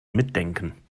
mitdenken